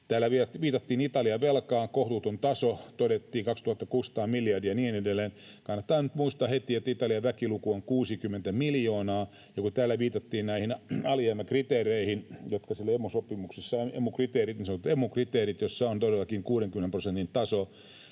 Täällä viitattiin Italian velkaan, sen kohtuuttomaan tasoon, todettiin 2 600 miljardia ja niin edelleen. Kannattaa nyt muistaa heti, että Italian väkiluku on 60 miljoonaa, ja kun täällä viitattiin näihin alijäämäkriteereihin, jotka siellä Emu-sopimuksessa ovat, niin sanotut